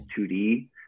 2d